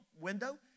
window